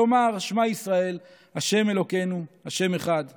לומר "שמע ישראל ה' אלוקינו ה' אחד".